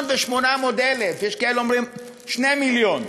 1.8 מיליון, ויש כאלה אומרים ש-2 מיליון.